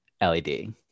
led